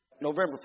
November